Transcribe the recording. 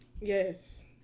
Yes